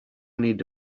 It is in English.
need